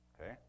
Okay